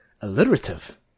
alliterative